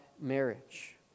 marriage